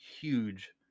huge